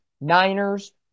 Niners